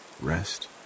rest